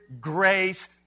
grace